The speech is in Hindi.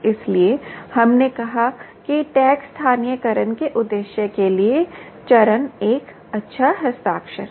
इसलिए हमने कहा कि टैग स्थानीयकरण के उद्देश्य के लिए चरण एक अच्छा हस्ताक्षर है